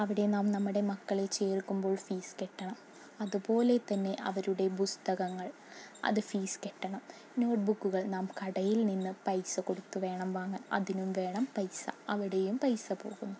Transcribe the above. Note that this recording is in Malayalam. അവിടെ നാം നമ്മുടെ മക്കളെ ചേർക്കുമ്പോൾ ഫീസ് കെട്ടണം അതുപോലെതന്നെ അവരുടെ പുസ്തകങ്ങൾ അത് ഫീസ് കെട്ടണം നോട്ട്ബുക്കുകൾ നാം കടയിൽ നിന്ന് പൈസ കൊടുത്ത് വേണം വാങ്ങാൻ അതിനും വേണം പൈസ അവിടെയും പൈസ പോകുന്നു